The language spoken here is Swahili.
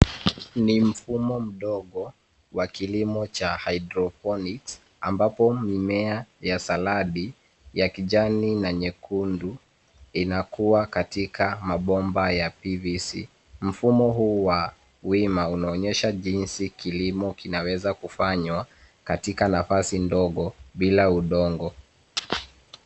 Ni mfumo mdogo wa kilimo cha hydroponics, ambapo mimea ya salabi ya kijani na nyekundu inakua katika mabomba ya pvc. Mfumo huu wa wima unaonyesha jinsi kilimo kinaweza kufanywa katika nafasi ndogo bila udongo.